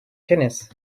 tennis